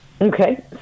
Okay